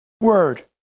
word